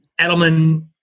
Edelman